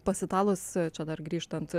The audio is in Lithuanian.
pas italus čia dar grįžtant